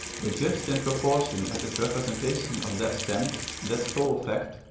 but just in proportion as its representation of that sense, that soul-fact,